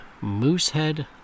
Moosehead